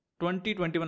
2021